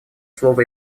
слово